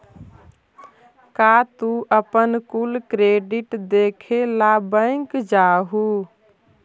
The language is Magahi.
का तू अपन कुल क्रेडिट देखे ला बैंक जा हूँ?